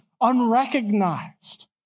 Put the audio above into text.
unrecognized